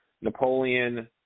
Napoleon